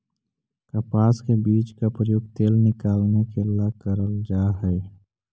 कपास के बीज का प्रयोग तेल निकालने के ला करल जा हई